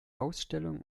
ausstellung